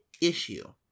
issue